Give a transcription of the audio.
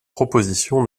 proposition